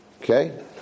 Okay